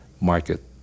market